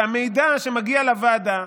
שהמידע שמגיע לוועדה,